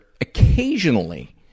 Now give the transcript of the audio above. occasionally